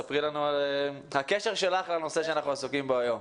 ספרי לנו על הקשר שלך לנושא שאנחנו עסוקים בו היום.